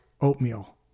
oatmeal